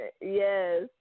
Yes